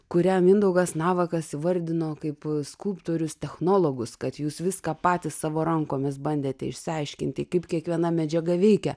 kurią mindaugas navakas įvardino kaip skulptorius technologus kad jūs viską patys savo rankomis bandėte išsiaiškinti kaip kiekviena medžiaga veikia